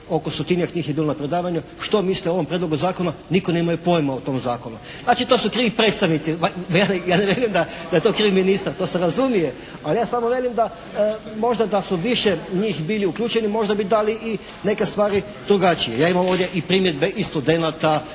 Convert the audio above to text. oko stotinjak je bilo njih na predavanju što mislite o ovom Prijedlogu zakona, nitko nije imao pojma o tom zakonu. Znači to su krivi predstavnici, ja ne vjerujem da je to kriv ministar, to se razumije, ali ja samo velim da možda da su više njih bili uključeni možda bi dali i neke stvari drugačije. Ja imam ovdje i primjedbe i studenata,